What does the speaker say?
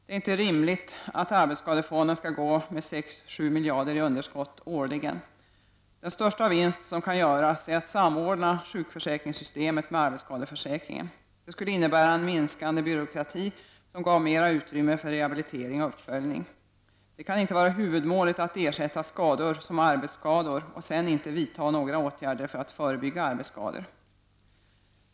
Det är inte rimligt att arbetsskadefonden skall gå med 6-7 miljarder i underskott årligen. Den största vinst som kan göras är att samordna sjukförsäkringssystemet med arbetsskadeförsäkringen. Det skulle innebära en minskande byråkrati, som gav mera utrymme för rehabilitering och uppföljning. Det kan inte vara huvudmålet att ersätta skador som arbetsskador och sedan inte vidta några åtgärder för att förebygga arbetsskador.